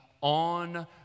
on